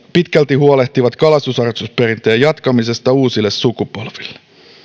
pitkälti huolehtivat kalastusharrastusperinteen jatkamisesta uusille sukupolville